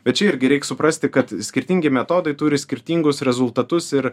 bet čia irgi reik suprasti kad skirtingi metodai turi skirtingus rezultatus ir